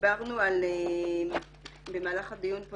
דיברנו במהלך הדיון פה